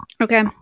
Okay